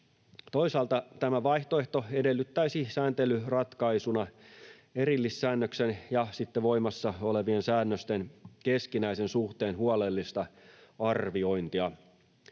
Toisaalta tämä vaihtoehto edellyttäisi sääntelyratkaisuna erillissäännöksen ja voimassa olevien säännösten keskinäisen suhteen huolellista arviointia.